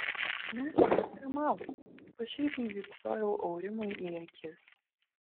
mes ekstremalai pašaipiai vypsojau aurimui į akis